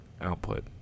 output